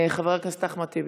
חבר הכנסת אחמד טיבי.